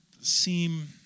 seem